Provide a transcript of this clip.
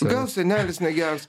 gal senelis negers